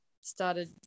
started